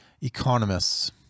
Economists